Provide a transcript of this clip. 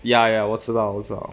ya ya 我知道我知道